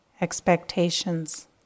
expectations